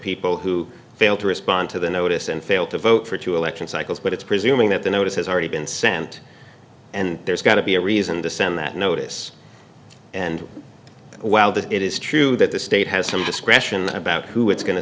people who fail to respond to the notice and fail to vote for two election cycles but it's presuming that the notice has already been sent and there's got to be a reason to send that notice and while that it is true that the state has some discretion about who it's going to